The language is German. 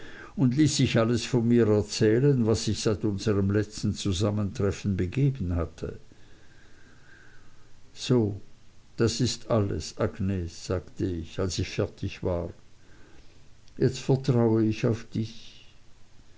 und ließ sich alles von mir erzählen was sich seit unserm letzten zusammentreffen begeben hatte so das ist alles agnes sagte ich als ich fertig war jetzt vertraue ich auf dich